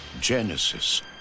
Genesis